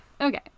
okay